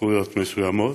זכויות מסוימות.